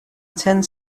attend